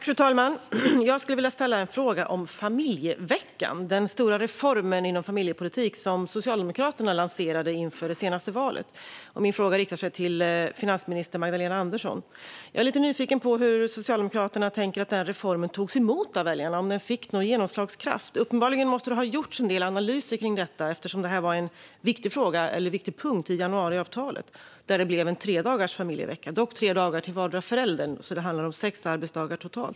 Fru talman! Jag skulle vilja ställa en fråga om familjeveckan - den stora reformen inom familjepolitik som Socialdemokraterna lanserade inför det senaste valet. Min fråga riktar sig till finansminister Magdalena Andersson. Jag är lite nyfiken på hur Socialdemokraterna tänker att reformen togs emot av väljarna. Fick den någon genomslagskraft? Uppenbarligen måste det ha gjorts en del analyser av detta eftersom det var en viktig punkt i januariavtalet. Där blev det en tredagars familjevecka, dock med tre dagar till vardera föräldern. Det handlar alltså om sex arbetsdagar totalt.